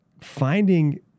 finding